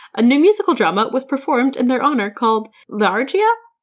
a new musical drama was performed in their honor called l'argia?